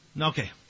Okay